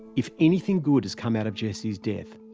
if anything good has come out of jesse's death,